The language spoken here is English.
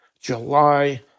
July